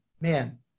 man